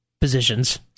positions